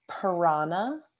Piranha